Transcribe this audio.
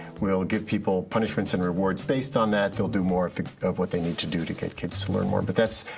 we'll give people punishments and rewards based on that, they'll do more of what they need to do to get kids to learn more but that's,